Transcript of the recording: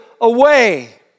away